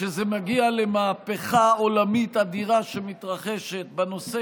כשזה מגיע למהפכה עולמית אדירה שמתרחשת בנושא